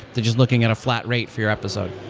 they're just looking at a flat rate for your episode.